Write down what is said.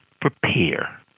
prepare